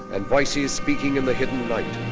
and voices speaking in the hidden light.